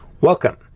Welcome